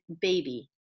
baby